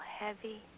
heavy